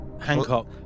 Hancock